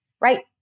right